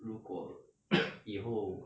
如果以后